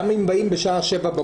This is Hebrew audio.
גם אם באים בשעה 07:00 בבוקר.